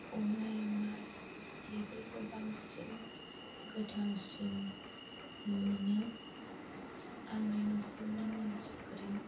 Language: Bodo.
अमा एवनाय बेफोरखौ बांसिन गोथावसिन मोनो आंनि न'खरनि मानसिफोरा